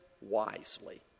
wisely